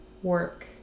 work